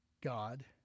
God